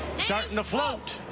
starting to float.